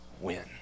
win